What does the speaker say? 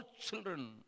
children